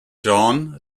john